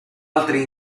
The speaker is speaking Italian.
altre